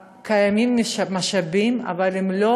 קיימים משאבים, אבל הם לא